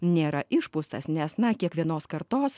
nėra išpūstas nes na kiekvienos kartos